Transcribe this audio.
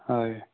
হয়